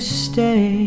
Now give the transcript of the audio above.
stay